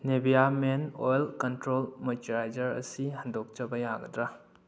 Nivea men oil control moisturiser ꯑꯁꯤ ꯍꯟꯗꯣꯛꯆꯕ ꯌꯥꯒꯗ꯭ꯔꯥ